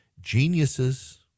Geniuses